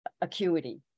acuity